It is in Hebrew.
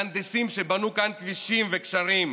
מהנדסים שבנו כאן כבישים וגשרים,